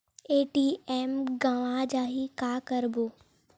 ATM गवां जाहि का करबो?